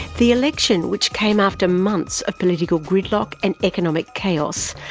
the election, which came after months of political gridlock and economic chaos,